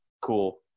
cool